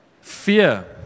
fear